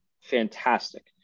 fantastic